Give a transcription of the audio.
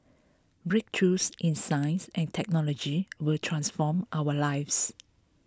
breakthroughs in science and technology will transform our lives